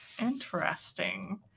Interesting